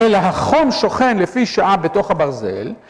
אלא החום שוכן לפי שעה בתוך הברזל...